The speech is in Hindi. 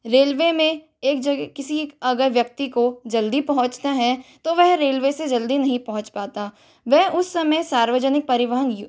रेलवे में एक जगह किसी एक अगर व्यक्ति को जल्दी पहुँचना है तो वह रेलवे से जल्दी नहीं पहुँच पाता वह उस समय सार्वजनिक परिवहन